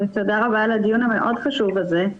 תודה רבה על הדיון המאוד חשוב הזה.